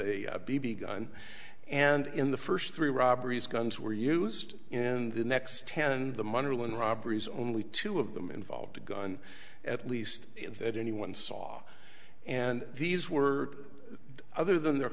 was a b b gun and in the first three robberies guns were used in the next ten and the model in robberies only two of them involved a gun at least that anyone saw and these were other than their